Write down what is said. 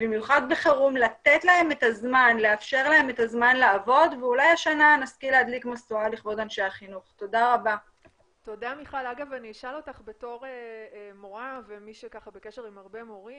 ומי שבקשר עם הרבה מורים,